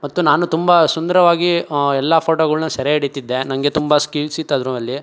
ಮತ್ತು ನಾನು ತುಂಬ ಸುಂದರವಾಗಿ ಎಲ್ಲ ಫೋಟೋಗಳನ್ನ ಸೆರೆ ಹಿಡೀತಿದ್ದೆ ನನಗೆ ತುಂಬ ಸ್ಕಿಲ್ಸಿತ್ತು ಅದರಲ್ಲಿ